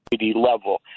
level